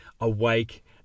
awake